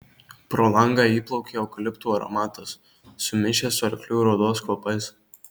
pro langą įplaukė eukaliptų aromatas sumišęs su arklių ir odos kvapais